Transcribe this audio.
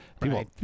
People